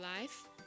life